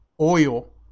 oil